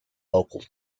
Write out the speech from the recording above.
local